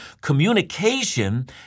communication